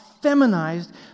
feminized